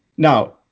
Now